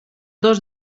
dos